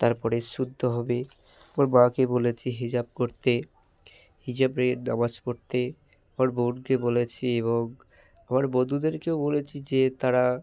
তারপরে শুনতে হবে আমার মাকে বলেছি হিজাব করতে হিজাবের নামাজ পড়তে আমার বোনকে বলেছি এবং আমার বন্ধুদেরকেও বলেছি যে তারা